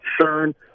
concern